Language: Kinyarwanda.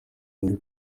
bari